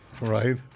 right